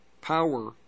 power